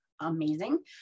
amazing